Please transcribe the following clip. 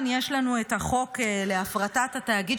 יש לנו את החוק להפרטת התאגיד,